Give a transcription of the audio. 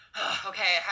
okay